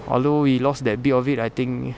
although we lost that bit of it I think